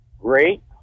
Great